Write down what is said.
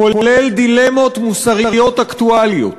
כולל דילמות מוסריות אקטואליות.